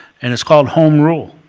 and it's called home rule.